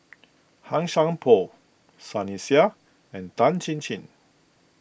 Han Sai Por Sunny Sia and Tan Chin Chin